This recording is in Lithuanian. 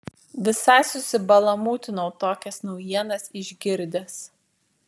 visai susibalamūtinau tokias naujienas išgirdęs